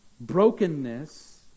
Brokenness